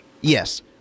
Yes